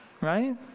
right